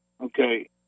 okay